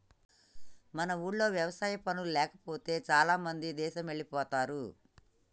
మన ఊర్లో వ్యవసాయ పనులు లేకపోతే చాలామంది దేశమెల్లిపోతారు